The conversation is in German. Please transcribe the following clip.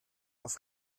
auf